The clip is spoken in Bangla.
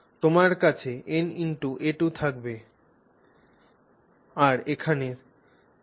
তোমার কাছে na2 থাকবে আরা এখানে থাকবে ma2 2